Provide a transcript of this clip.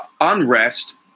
unrest